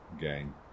game